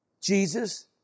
Jesus